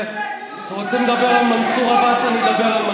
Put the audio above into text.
שלך אתה לא מנהל, אתה יכול לנהל מדינה?